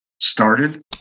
started